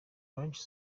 abenshi